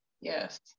yes